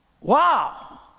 Wow